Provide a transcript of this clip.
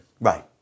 Right